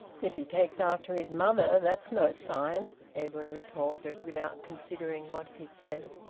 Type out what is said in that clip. if he takes after his mother, that's no sign, edwin retorted, without considering what he said.